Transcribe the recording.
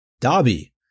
Dobby